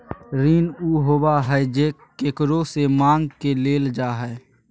ऋण उ होबा हइ जे केकरो से माँग के लेल जा हइ